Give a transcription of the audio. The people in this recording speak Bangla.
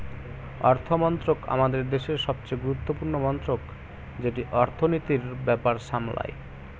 অর্থমন্ত্রক আমাদের দেশের সবচেয়ে গুরুত্বপূর্ণ মন্ত্রক যেটি অর্থনীতির ব্যাপার সামলায়